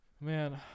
Man